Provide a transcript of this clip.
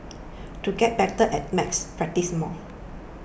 to get better at maths practise more